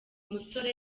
musore